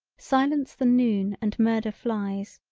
silence the noon and murder flies.